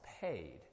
paid